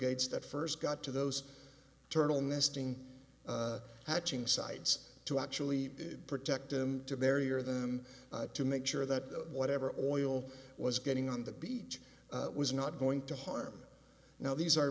des that first got to those turtle nesting i ching sites to actually protect them to barrier them to make sure that whatever oil was getting on the beach was not going to harm now these are